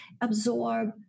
absorb